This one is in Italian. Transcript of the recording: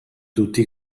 tutti